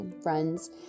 friends